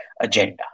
agenda